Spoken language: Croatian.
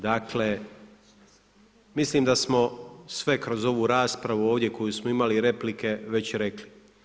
Dakle, mislim da smo sve kroz ovu raspravu, ovdje koju smo imali, replike već rekli.